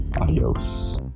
Adios